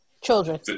Children